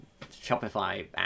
Shopify